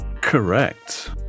Correct